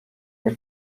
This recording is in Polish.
nie